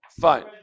Fine